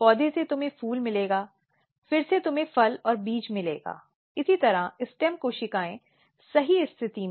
शिकायतकर्ता या प्रतिवादी की उपस्थिति में शिकायत पर चर्चा करना